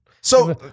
So-